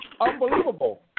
Unbelievable